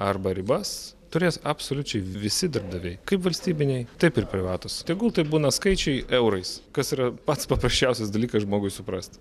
arba ribas turės absoliučiai visi darbdaviai kaip valstybiniai taip ir privatūs tegul tai būna skaičiai eurais kas yra pats paprasčiausias dalykas žmogui suprast